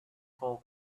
full